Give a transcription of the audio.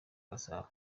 gasabo